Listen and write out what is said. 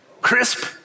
Crisp